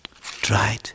tried